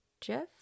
Jeff